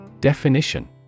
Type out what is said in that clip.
Definition